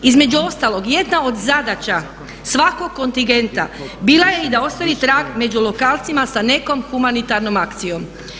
Između ostalog, jedna od zadaća svakog kontingenta bila je i da ostavi trag među lokalcima sa nekom humanitarnom akcijom.